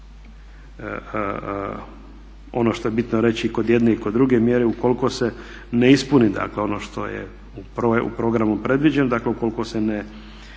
ono što je bitno reći kod jedne i kod druge mjere ukoliko se ne ispuni ono što je u programu predviđeno ukoliko se ne